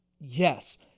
Yes